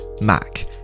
mac